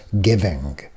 giving